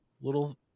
little